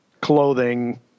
clothing